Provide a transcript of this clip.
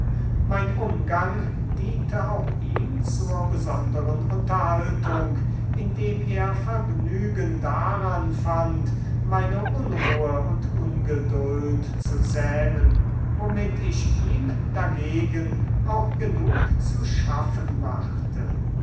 mein umgang diente auch ihm zur besonderen unterhaltung indem er vergnügen daran fand meine unruhe und ungeduld zu zähmen womit ich ihm dagegen auch genug zu schaffen machte